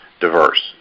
diverse